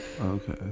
okay